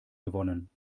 gewonnen